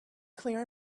clear